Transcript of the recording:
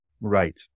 Right